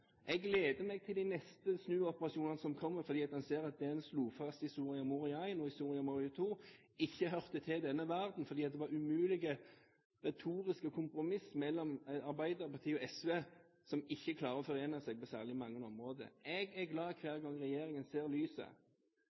Jeg gleder meg til de neste snuoperasjonene som kommer, for en ser at det en slo fast i Soria Moria I og i Soria Moria II, ikke hørte til i denne verden, fordi det var umulige retoriske kompromisser mellom Arbeiderpartiet og SV, som ikke klarer å forene seg på særlig mange områder. Jeg er glad hver gang regjeringen ser lyset.